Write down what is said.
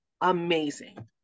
amazing